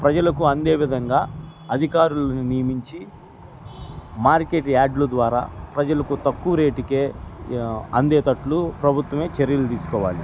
ప్రజలకు అందే విధంగా అధికారులను నియమించి మార్కెట్ యాడ్ల ద్వారా ప్రజలకు తక్కువ రేటుకే అందే తట్లు ప్రభుత్వమే చర్యలు తీసుకోవాలి